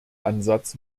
ansatz